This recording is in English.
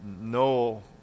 no